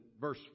verse